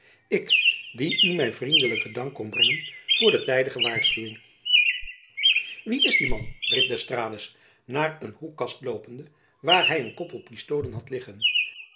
ik die u mijn vriendelijken dank kom brengen voor de tijdige waarschuwing wie is die man riep d'estrades naar een hoekkast loopende waar hy een koppel pistolen had liggen